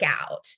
out